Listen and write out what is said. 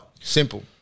Simple